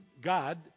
God